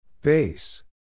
Base